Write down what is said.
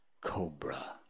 cobra